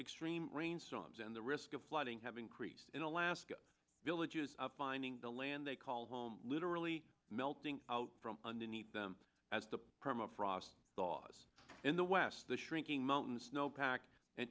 extreme rain storms and the risk of flooding have increased in alaska villages of finding the land they call home literally melting out from underneath them as the permafrost thaws in the west the shrinking mountain snow pack and